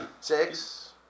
six